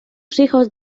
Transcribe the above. hijos